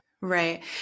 right